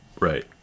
Right